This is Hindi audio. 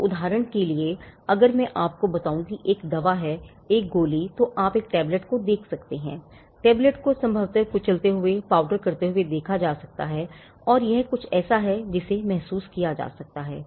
तो उदाहरण के लिए अगर मैं आपको बताऊं कि एक दवा है एक गोली तो आप टैबलेट को देख सकते हैं टेबलेट को संभवतः कुचलते हुए पाउडर करते हुए देखा जा सकता है और यह कुछ ऐसा है जिसे महसूस किया जा सकता है